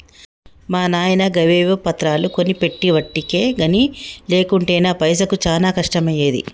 మా నాయిన గవేవో పత్రాలు కొనిపెట్టెవటికె గని లేకుంటెనా పైసకు చానా కష్టమయ్యేది